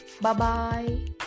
Bye-bye